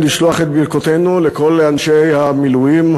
לשלוח את ברכותינו לכל אנשי המילואים,